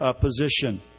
position